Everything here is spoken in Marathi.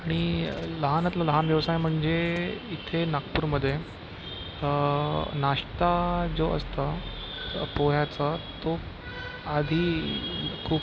आणि लहानातला लहान व्यवसाय म्हणजे इथे नागपूरमध्ये नाश्ता जो असतो पोह्याचा तो आधी खूप